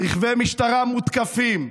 רכבי משטרה מותקפים,